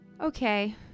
Okay